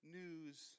news